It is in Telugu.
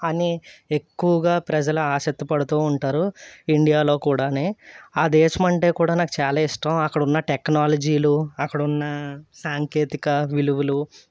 అని ఎక్కువగా ప్రజలు ఆసక్తిపడుతూ ఉంటారు ఇండియాలో కుడానే ఆ దేశమంటే కూడా నాకు ఇష్టం అక్కడున్న టెక్నాలజీలు అక్కడున్న సాంకేతిక విలువలు